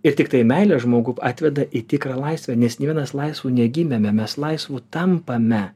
ir tiktai meilė žmogų atveda į tikrą laisvę nes nė vienas laisvu negimėme mes laisvu tampame